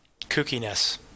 kookiness